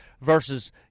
versus